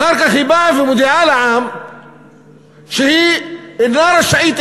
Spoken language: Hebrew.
אחר כך היא באה ומודיעה לעם שהיא אינה רשאית,